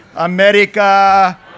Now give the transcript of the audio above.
America